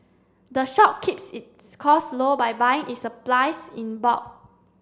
the shop keeps its cost low by buying its supplies in bulk